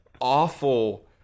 awful